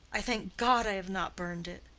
i thank god i have not burned it!